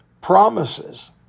promises